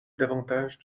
davantage